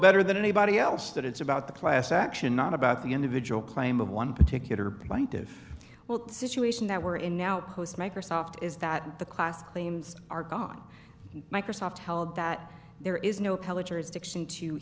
better than anybody else that it's about the class action not about the individual claim of one particular plaintive well situation that we're in now post microsoft is that the class claims are gone microsoft held that there is no